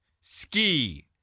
ski